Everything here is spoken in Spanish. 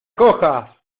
cojas